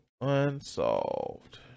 unsolved